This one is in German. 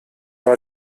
war